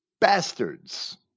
bastards